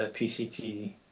pct